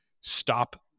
stop